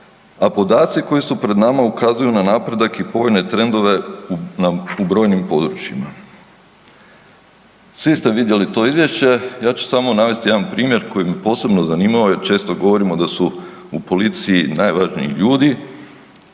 a podaci koji su pred nama ukazuju na napredak i povoljne trendove u brojnim područjima. Svi ste vidjeli to izvješće, ja ću samo navesti jedan primjer koji me posebno zanimao jer često govorimo da su u policiji najvažniji ljudi,